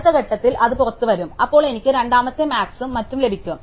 അടുത്ത ഘട്ടത്തിൽ അത് പുറത്തുവരും അപ്പോൾ എനിക്ക് രണ്ടാമത്തെ മാക്സും മറ്റും ലഭിക്കും